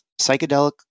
psychedelic